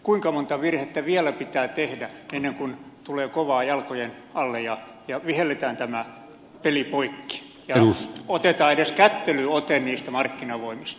kuinka monta virhettä vielä pitää tehdä ennen kuin tulee kovaa jalkojen alle ja vihelletään tämä peli poikki ja otetaan edes kättelyote niistä markkinavoimista